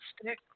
stick